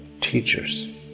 Teachers